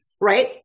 right